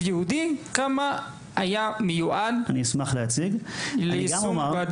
ייעודי כמה היה מיועד ליישום מסקנות ועדת ביטון?